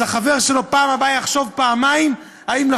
אז החבר שלו בפעם הבאה יחשוב פעמיים אם הוא